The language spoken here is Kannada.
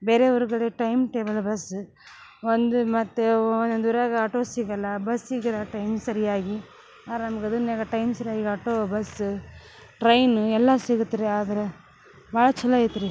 ಬೇರೆ ಊರು ಕಡೆ ಟೈಮ್ ಟೇಬಲ್ ಬಸ್ಸ ಒಂದು ಮತ್ತು ಒನೊಂದು ಊರಾಗ ಆಟೋ ಸಿಗಲ್ಲ ಬಸ್ ಸಿಗಲ್ಲ ಟೈಮಿಗ ಸರಿಯಾಗಿ ಆರಾಮ್ ಗದಗ್ನ್ಯಾಗ ಟೈಮ್ ಸರಿಯಾಗಿ ಆಟೋ ಬಸ್ಸ ಟ್ರೈನು ಎಲ್ಲಾ ಸಿಗತ್ರೀ ಆದ್ರ ಭಾಳ ಛಲೋ ಐತ್ರೀ